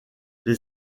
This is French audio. les